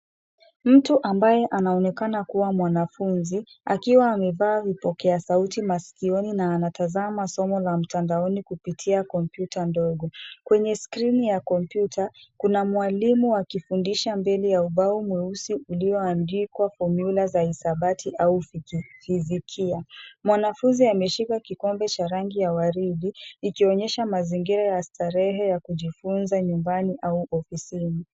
Mtu ambaye anaonekana kuwa mwanafunzi akiwa amevaa vipokea sauti masikioni na anatazama somo la mtandaoni kupitia kompyuta ndogo. Kwenye skrini ya kompyuta kuna mwalimu akifundisha mbele ya ubao mweusi ulioandikwa fomula za hisabati au fizikia. Mwanafunzi ameshika kikombe cha rangi ya waridi ikionyesha mazingira ya starehe ya kujifunza nyumbani au ofisini.